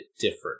different